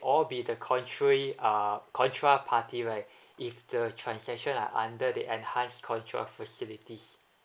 all be the contre uh contra party right if the transaction are under the enhanced culture of facilities